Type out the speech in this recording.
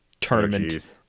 tournament